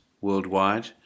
worldwide